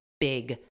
big